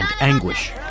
anguish